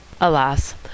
Alas